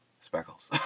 Speckles